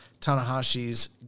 Tanahashi's